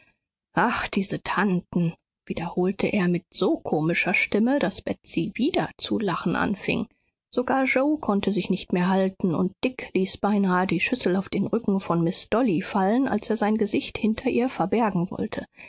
ach diese tanten wiederholte er mit so komischer stimme daß betsy wieder zu lachen anfing sogar yoe konnte sich nicht mehr halten und dick ließ beinahe die schüssel auf den rücken von miß dolly fallen als er sein gesicht hinter ihr verbergen wollte